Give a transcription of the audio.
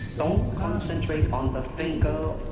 don't concentrate on the finger.